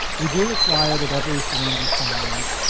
we do require that every form be signed.